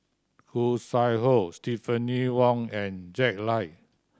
Khoo Sui Hoe Stephanie Wong and Jack Lai